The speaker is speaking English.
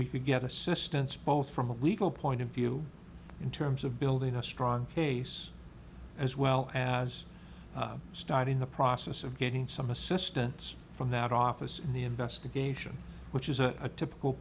we could get assistance both from a legal point of view in terms of building a strong case as well as starting the process of getting some assistance from that office in the investigation which is a typical